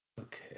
Okay